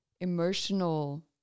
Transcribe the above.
emotional